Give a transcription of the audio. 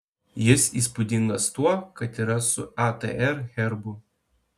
jis įspūdingas tuo kad yra su atr herbu